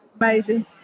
Amazing